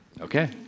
Okay